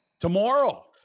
Tomorrow